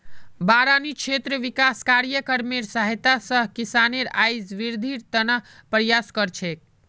बारानी क्षेत्र विकास कार्यक्रमेर सहायता स किसानेर आइत वृद्धिर त न प्रयास कर छेक